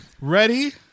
Ready